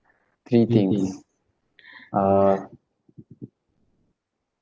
three things uh